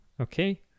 Okay